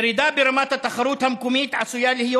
ירידה ברמת התחרות המקומית עשויה להיות